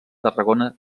tarragona